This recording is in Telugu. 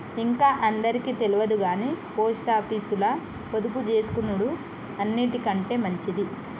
ఇంక అందరికి తెల్వదుగని పోస్టాపీసుల పొదుపుజేసుకునుడు అన్నిటికంటె మంచిది